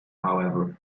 however